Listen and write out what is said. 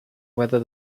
whether